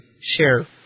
share